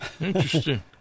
Interesting